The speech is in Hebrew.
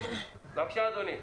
בבקשה אדוני.